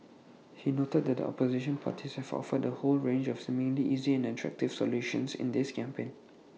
he noted that opposition parties have offered A whole range of seemingly easy and attractive solutions in this campaign